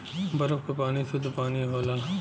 बरफ क पानी सुद्ध पानी होला